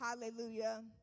Hallelujah